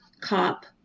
Cop